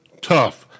tough